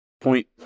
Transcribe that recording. Point